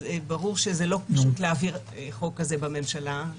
ברור שזה לא פשוט להעביר חוק כזה בממשלה.